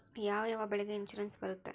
ಯಾವ ಯಾವ ಬೆಳೆಗೆ ಇನ್ಸುರೆನ್ಸ್ ಬರುತ್ತೆ?